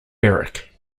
berwick